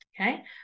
Okay